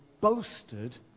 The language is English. boasted